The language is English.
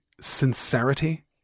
sincerity